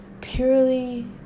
purely